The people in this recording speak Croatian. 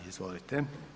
Izvolite.